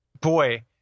boy